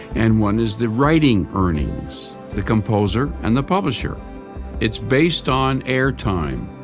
and one is the writing earnings. the composer and the publisher it's based on air time,